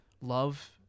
love